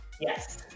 Yes